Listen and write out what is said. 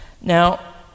Now